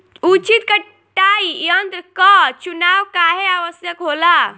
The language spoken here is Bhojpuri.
उचित कटाई यंत्र क चुनाव काहें आवश्यक होला?